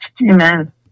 Amen